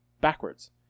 backwards